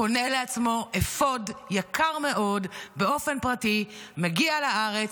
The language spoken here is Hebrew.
קונה לעצמו אפוד יקר מאוד באופן פרטי, מגיע לארץ,